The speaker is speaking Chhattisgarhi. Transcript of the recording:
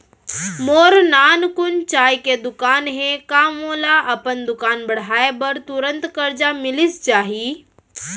मोर नानकुन चाय के दुकान हे का मोला अपन दुकान बढ़ाये बर तुरंत करजा मिलिस जाही?